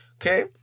Okay